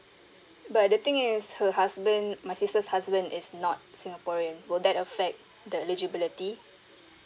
but the thing is her husband my sister's husband is not singaporean will that affect the eligibility